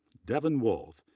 devin wolfe,